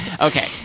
Okay